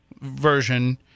version –